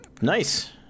Nice